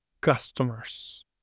customers